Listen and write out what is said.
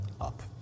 up